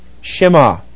Shema